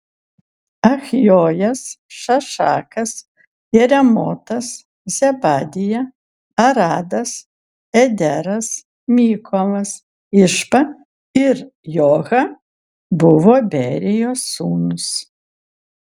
achjojas šašakas jeremotas zebadija aradas ederas mykolas išpa ir joha buvo berijos sūnūs